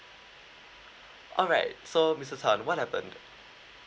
alright so mister tan what happened